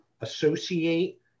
associate